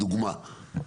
דוגמה,